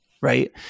right